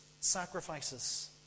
sacrifices